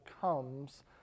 comes